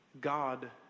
God